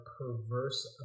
perverse